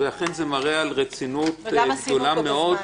אכן זה מראה על רצינות גדולה מאוד.